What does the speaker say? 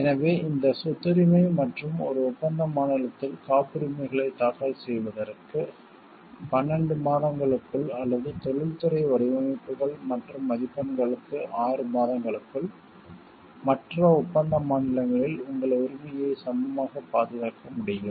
எனவே இந்த சொத்துரிமை மற்றும் ஒரு ஒப்பந்த மாநிலத்தில் காப்புரிமைகளை தாக்கல் செய்வதற்கு 12 மாதங்களுக்குள் அல்லது தொழில்துறை வடிவமைப்புகள் மற்றும் மதிப்பெண்களுக்கு 6 மாதங்களுக்குள் மற்ற ஒப்பந்த மாநிலங்களில் உங்கள் உரிமையை சமமாகப் பாதுகாக்க முடியும்